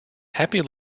happy